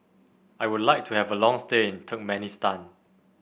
I would like to have a long stay in Turkmenistan